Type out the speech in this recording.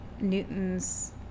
Newton's